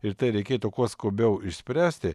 ir tai reikėtų kuo skubiau išspręsti